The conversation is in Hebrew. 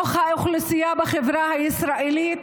באוכלוסייה בחברה הישראלית,